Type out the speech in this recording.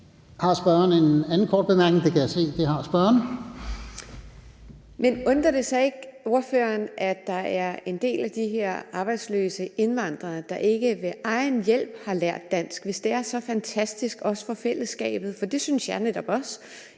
at spørgeren har. Kl. 15:58 Charlotte Munch (DD): Men undrer det så ikke ordføreren, at der er en del af de her arbejdsløse indvandrere, der ikke ved egen hjælp har lært dansk, hvis det er så fantastisk også for fællesskabet? For det synes jeg netop også.